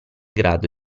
grado